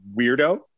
weirdo